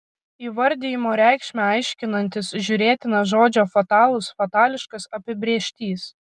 įvardijimo reikšmę aiškinantis žiūrėtina žodžio fatalus fatališkas apibrėžtys